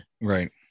Right